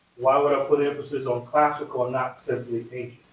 why would i put emphasis on classical and not simply